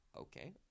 okay